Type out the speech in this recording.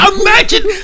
imagine